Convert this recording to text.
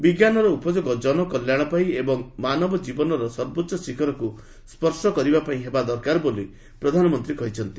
ବିଜ୍ଞାନର ଉପଯୋଗ ଜନକଲ୍ୟାଣ ପାଇଁ ଏବଂ ମାନବ ଜୀବନର ସର୍ବୋଚ୍ଚ ଶିଖରକୁ ସ୍ୱର୍ଷ କରିବା ପାଇଁ ହେବା ଦରକାର ବୋଲି ପ୍ରଧାନମନ୍ତ୍ରୀ କହିଚ୍ଚନ୍ତି